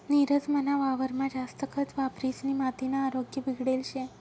नीरज मना वावरमा जास्त खत वापरिसनी मातीना आरोग्य बिगडेल शे